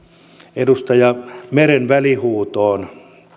edustaja meren välihuutoon